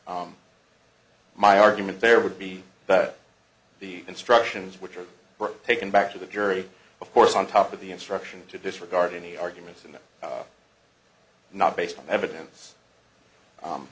my argument there would be that the instructions which are taken back to the jury of course on top of the instruction to disregard any arguments and not based on evidence